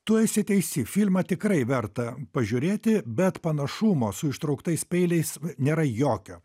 tu esi teisi filmą tikrai verta pažiūrėti bet panašumo su ištrauktais peiliais nėra jokio